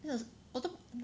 我都